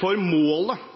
For målet